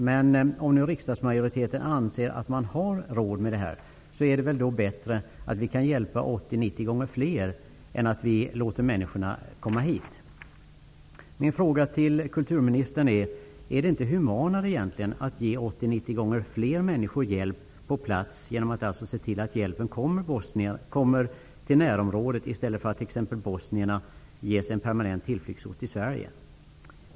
Men om riksdagsmajoriteten anser att vi har råd med det är det väl ändå bättre att vi för samma summa hjälper 80--90 gånger fler, vilket vi kan göra genom att se till att hjälpen kommer till närområdet, än att vi låter människorna komma hit. Min fråga till kulturministern är: Är det inte egentligen humanare att ge 80--90 gånger fler människor hjälp på plats än att ge t.ex. bosnierna en permanent tillflyktsort i Sverige?